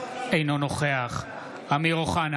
אינו נוכח אמיר אוחנה,